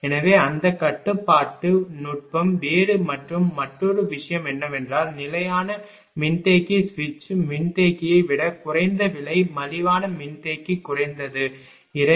எனவே அந்த கட்டுப்பாட்டு நுட்பம் வேறு மற்றும் மற்றொரு விஷயம் என்னவென்றால் நிலையான மின்தேக்கி சுவிட்ச் மின்தேக்கியை விட குறைந்த விலை மலிவான மின்தேக்கி குறைந்தது 2